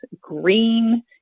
green